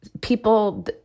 People